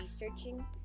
researching